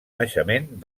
naixement